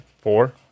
four